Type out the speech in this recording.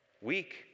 Weak